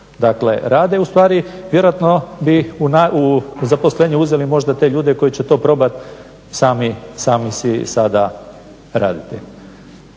dakle rade. U stvari vjerojatno bi u zaposlenje uzeli možda te ljude koji će to probati sami si sada raditi.